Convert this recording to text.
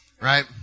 Right